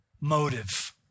motive